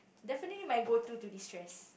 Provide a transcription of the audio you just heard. definitely my go to to destress